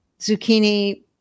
zucchini